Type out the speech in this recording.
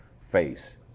face